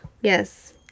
Yes